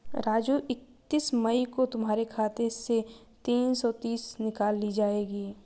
राजू इकतीस मई को तुम्हारे खाते से तीन सौ तीस निकाल ली जाएगी